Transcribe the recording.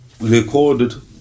Recorded